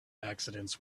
accidents